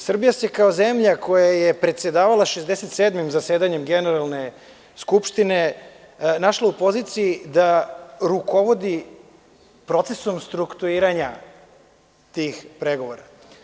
Srbija se kao zemlja koja je predsedavala 67. zasedanjem Generalne skupštine našla u poziciji da rukovodi procesom struktuiranja tih pregovora.